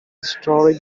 historic